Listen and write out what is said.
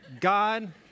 God